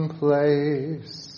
place